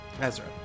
Ezra